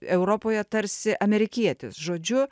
europoje tarsi amerikietis žodžiu